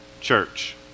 church